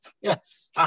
yes